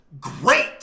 great